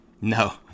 No